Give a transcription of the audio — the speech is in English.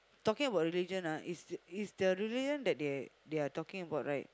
talking about religion ah is the religion that they they are talking about right